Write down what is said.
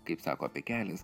kaip sako pikelis